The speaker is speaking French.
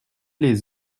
les